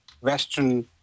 Western